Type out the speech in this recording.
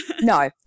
No